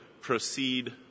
Proceed